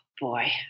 boy